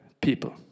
people